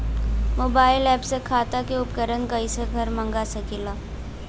Mobile ऐपसे खेती के उपकरण कइसे घर मगा सकीला?